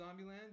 Zombieland